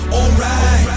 alright